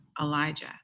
Elijah